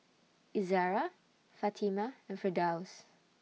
Izzara Fatimah and Firdaus